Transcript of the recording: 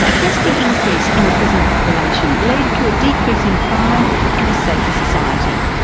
has the increase in the prison population led to a decrease in crime and a safer society?